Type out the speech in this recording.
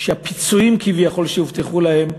שהבטחות הפיצויים כביכול שהובטחו להם,